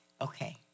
Okay